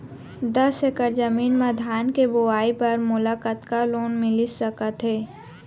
दस एकड़ जमीन मा धान के बुआई बर मोला कतका लोन मिलिस सकत हे?